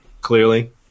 clearly